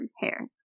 hair